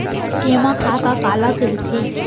जेमा खाता काला कहिथे?